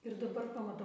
ir dabar pamatau